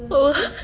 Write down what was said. oh